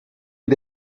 est